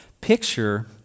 picture